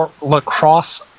lacrosse